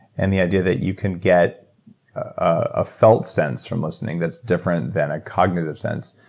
and the idea that you can get a felt sense from listening, that's different than a cognitive sense.